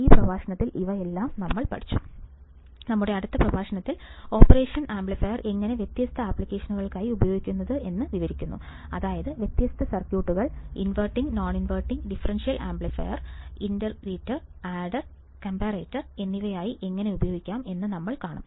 ഈ പ്രഭാഷണത്തിൽ ഇവ എല്ലാം നമ്മൾ പഠിച്ചു നമ്മുടെ അടുത്ത പ്രഭാഷണത്തിൽ ഓപ്പറേഷൻ ആംപ്ലിഫയർ എങ്ങനെ വ്യത്യസ്ത ആപ്ലിക്കേഷനുകൾക്കായി ഉപയോഗിക്കുന്നത് എന്ന് വിവരിക്കുന്നു അതായത് വ്യത്യസ്ത സർക്യൂട്ടുകൾ inverting non inverting differential amplifier integrator adder comparator എന്നിവയായി എങ്ങനെ ഉപയോഗിക്കാം എന്ന് നമ്മൾ കാണും